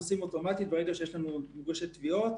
לא מאשים אותך, אבל זה לא בדיוק פורסם כך.